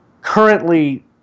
currently